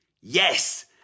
Yes